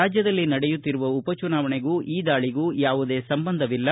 ರಾಜ್ವದಲ್ಲಿ ನಡೆಯುತ್ತಿರುವ ಉಪಚುನಾವಣೆಗೂ ಈ ದಾಳಿಗೂ ಯಾವುದೇ ಸಂಬಂಧವಿಲ್ಲ